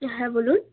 হ্যাঁ বলুন